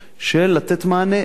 של לתת מענה.